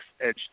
edge